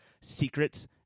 secrets